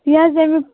یہِ حظ ییٚمیُک